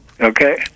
Okay